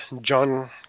John